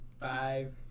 Five